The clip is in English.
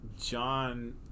John